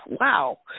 wow